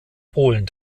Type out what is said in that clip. polen